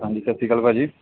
ਹਾਂਜੀ ਸਤਿ ਸ਼੍ਰੀ ਅਕਾਲ ਭਾਅ ਜੀ